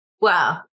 Wow